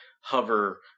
hover